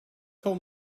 call